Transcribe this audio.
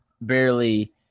barely